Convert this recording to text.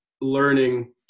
learning